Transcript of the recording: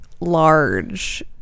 Large